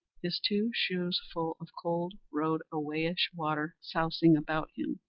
his two shoes full of cold road-a-wayish water sousing about him,